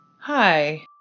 Hi